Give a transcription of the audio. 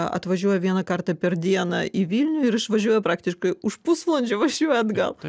atvažiuoja vieną kartą per dieną į vilnių ir išvažiuoja praktiškai už pusvalandžio važiuoja atgal